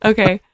Okay